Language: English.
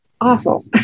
awful